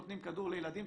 נותנים כדור לילדים,